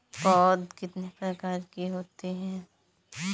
पौध कितने प्रकार की होती हैं?